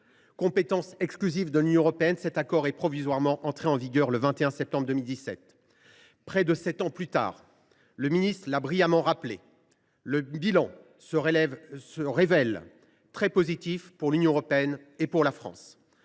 compétence exclusive de l’Union européenne, cet accord est provisoirement entré en vigueur le 21 septembre 2017. Près de sept ans plus tard, comme le ministre l’a brillamment rappelé, son bilan se révèle très positif pour l’Union européenne et pour la France